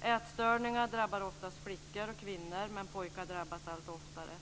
Ätstörningar drabbar oftast flickor och kvinnor, men pojkar drabbas allt oftare.